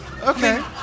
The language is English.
Okay